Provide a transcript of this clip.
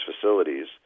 facilities